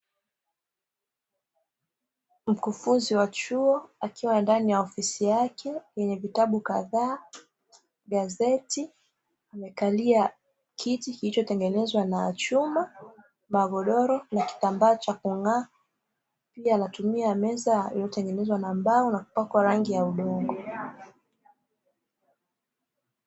Mkufunzi wa chuo akiwa ndani ya ofisi yake yenye vitabu kadhaa, gazeti; amekalia kiti kilchotengenezwa na chuma, magodoro na kitambaa cha kung'aa. Pia anatumia meza iliyotengenzwa na mbao kwa rangi ya udongo.